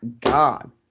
God